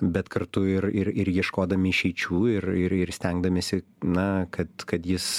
bet kartu ir ir ir ieškodami išeičių ir ir ir stengdamiesi na kad kad jis